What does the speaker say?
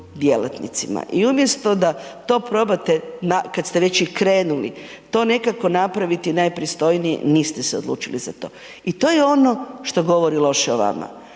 i umjesto da to probate kada ste već i krenuli to nekako napraviti najpristojnije, niste se odlučili za to i to je ono što govori loše o vama.